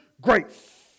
grace